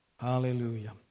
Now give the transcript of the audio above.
Hallelujah